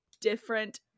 different